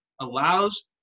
allows